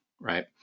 right